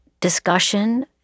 discussion